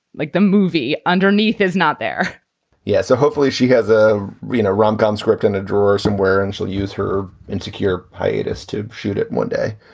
like the movie underneath is not there yeah. so hopefully she has a rino rom com script in a drawer somewhere and she'll use her insecure hiatus to shoot it one day,